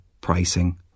pricing